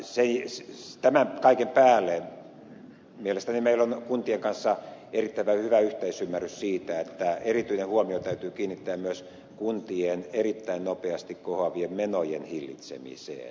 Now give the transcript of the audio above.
tämän kaiken päälle mielestäni meillä on kuntien kanssa erittäin hyvä yhteisymmärrys siitä että erityinen huomio täytyy kiinnittää myös kuntien erittäin nopeasti kohoavien menojen hillitsemiseen